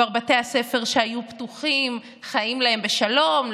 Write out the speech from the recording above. בתי הספר שהיו פתוחים כבר חיים להם בשלום,